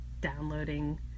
downloading